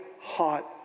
hot